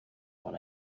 what